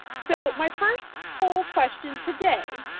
so my first poll question today,